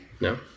No